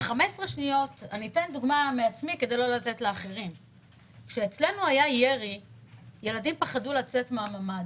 אציג דוגמה: כשאצלנו היה ירי ילדים פחדו לצאת מן הממ"ד.